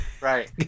right